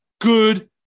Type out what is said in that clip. good